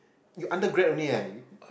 you undergrad only eh